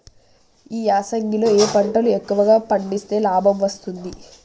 ఈ యాసంగి లో ఏ పంటలు ఎక్కువగా పండిస్తే లాభం వస్తుంది?